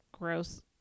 gross